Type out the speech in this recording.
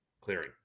clearing